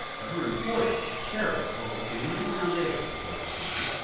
but her employer, a charity called the community foundation of boulder county,